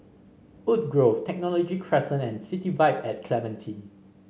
Woodgrove Technology Crescent and City Vibe and Clementi